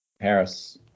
Harris